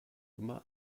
immer